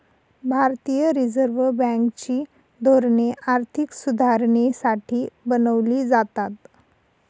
भारतीय reserve bank ची धोरणे आर्थिक सुधारणेसाठी बनवली जातात